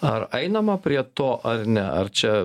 ar einama prie to ar ne ar čia